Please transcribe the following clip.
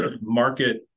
market